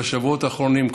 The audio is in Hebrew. בשבועות האחרונים,